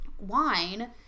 wine